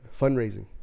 fundraising